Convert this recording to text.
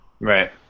right